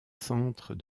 centre